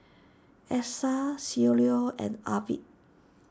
Essa Cielo and Arvid